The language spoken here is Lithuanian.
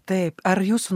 taip ar jūsų